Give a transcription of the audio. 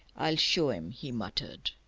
i'll show em! he muttered.